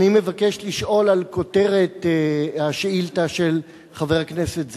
אני מבקש לשאול על כותרת השאילתא של חבר הכנסת זאב,